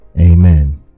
amen